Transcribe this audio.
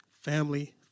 family